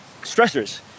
stressors